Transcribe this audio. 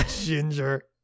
ginger